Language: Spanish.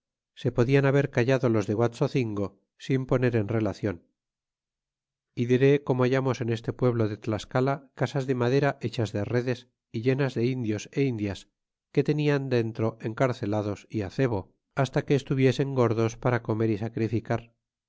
se podian haber callado los de guaxocingo sin poner en relacion y diré como hallamos en este pueblo de tlascala casas de madera hechas de redes y llenas de indios é indias que tenian dentro encarcelados y á cebo hasta que estuviesen gordos para comer y sacrificar